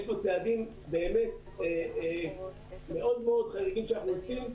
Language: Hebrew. יש פה צעדים באמת מאוד מאוד חריגים שאנחנו עושים.